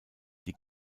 die